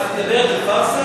את מדברת על פארסה?